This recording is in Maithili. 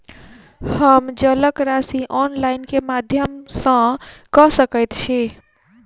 हम जलक राशि ऑनलाइन केँ माध्यम सँ कऽ सकैत छी?